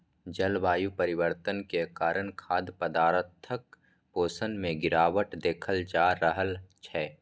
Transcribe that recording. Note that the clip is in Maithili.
जलवायु परिवर्तन के कारण खाद्य पदार्थक पोषण मे गिरावट देखल जा रहल छै